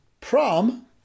Prom